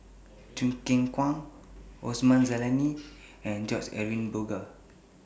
Choo Keng Kwang Osman Zailani and George Edwin Bogaars